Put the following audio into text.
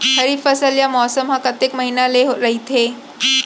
खरीफ फसल या मौसम हा कतेक महिना ले रहिथे?